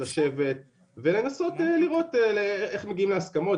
לשבת ולנסות לראות איך מגיעים להסכמות.